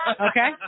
Okay